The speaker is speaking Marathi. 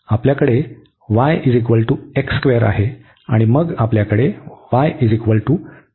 आपल्याकडे y आहे आणि मग आपल्याकडे y 2 x लाईन आहे